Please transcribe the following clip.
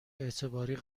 اعتباری